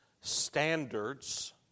standards